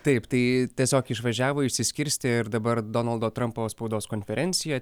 taip tai tiesiog išvažiavo išsiskirstė ir dabar donaldo trampo spaudos konferencija